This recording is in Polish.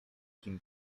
kim